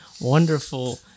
wonderful